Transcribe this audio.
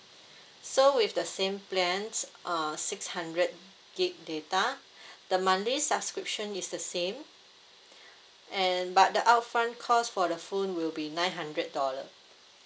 so with the same plan uh six hundred gig data the monthly subscription is the same and but the upfront cost for the phone will be nine hundred dollar